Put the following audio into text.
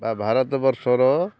ବା ଭାରତ ବର୍ଷର